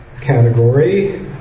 category